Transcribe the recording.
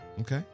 Okay